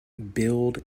build